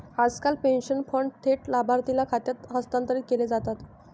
आजकाल pension fund थेट लाभार्थीच्या खात्यात हस्तांतरित केले जातात